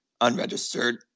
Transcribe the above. unregistered